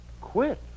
Quit